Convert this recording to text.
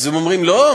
אז הם אומרים: לא,